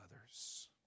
others